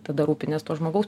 tada rūpinies to žmogaus